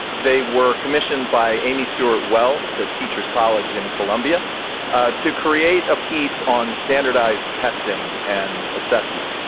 they were commissioned by amy stuart wells at teachers college in columbia to create a piece on standardized testing and assessment.